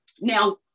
now